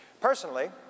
Personally